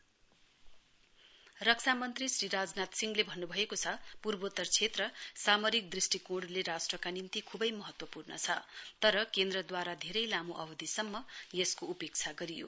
Rajnath north east रक्षा मन्त्री श्री राजनाथ सिंहले भन्न्भएको छ पूर्वोत्तर क्षेत्र सामरिक दृष्टिकोणले राष्ट्रका निम्ति ख्बै महत्वपूर्ण छ तर केन्द्रद्वारा धेरै लामो अवधिसम्म यसको उपेक्षा गरियो